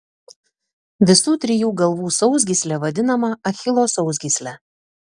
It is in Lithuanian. visų trijų galvų sausgyslė vadinama achilo sausgysle